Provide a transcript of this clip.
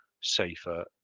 safer